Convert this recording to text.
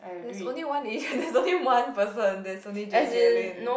there's only one there's only one person there's only J J Lin